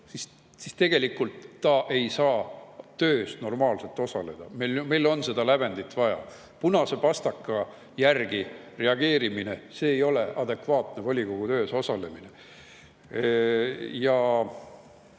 siis tegelikult ta ei saa töös normaalselt osaleda. Meil on seda lävendit vaja. Punase pastaka järgi reageerimine ei ole adekvaatne volikogu töös osalemine. Ja